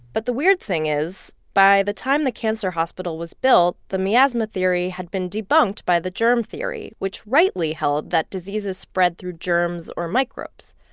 but the weird thing is by the time the cancer hospital was built the miasma theory had been debunked by the germ theory which rightly held that diseases spread through germs or microbes.